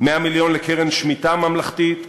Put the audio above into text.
100 מיליון לקרן שמיטה ממלכתית,